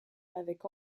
avec